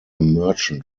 merchant